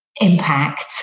impact